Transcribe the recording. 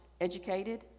educated